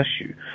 issue